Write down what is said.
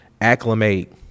acclimate